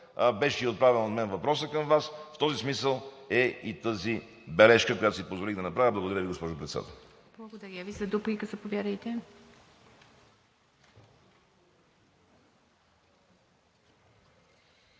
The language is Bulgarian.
беше отправен от мен въпросът към Вас, в този смисъл е и тази бележка, която си позволих да направя. Благодаря Ви, госпожо Председател.